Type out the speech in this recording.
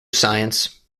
science